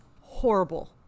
horrible